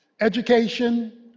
education